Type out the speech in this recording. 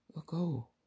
ago